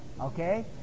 okay